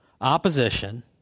opposition